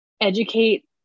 educate